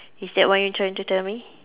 is that what you are trying to tell me